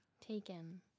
Taken